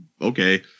Okay